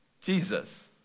Jesus